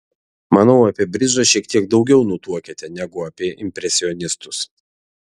manau apie bridžą šiek tiek daugiau nutuokiate negu apie impresionistus